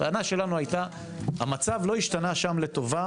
הטענה שלנו הייתה שהמצב לא השתנה שם לטובה